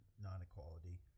non-equality